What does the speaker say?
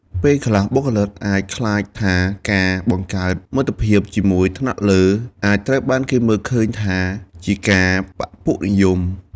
ពេលខ្លះ បុគ្គលិកអាចខ្លាចថាការបង្កើតមិត្តភាពជាមួយថ្នាក់លើអាចត្រូវបានគេមើលឃើញថាជាការបក្សពួកនិយម។